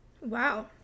Wow